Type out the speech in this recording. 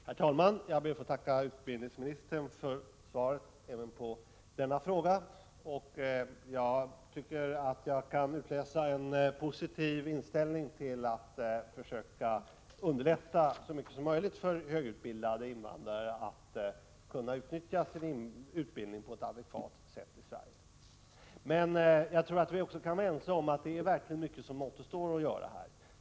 Herr talman! Jag ber att få tacka utbildningsministern för svaret även på denna fråga. Jag tycker att jag kan utläsa en positiv inställning till att försöka underlätta så mycket som möjligt för högutbildade invandrare att kunna utnyttja sin utbildning på ett adekvat sätt i Sverige. Men jag tror att vi kan vara ense om att det är verkligen mycket som återstår att göra här.